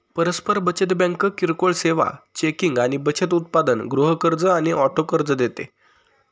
परस्पर बचत बँक किरकोळ सेवा, चेकिंग आणि बचत उत्पादन, गृह कर्ज आणि ऑटो कर्ज देते